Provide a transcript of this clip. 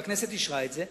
והכנסת אישרה את זה,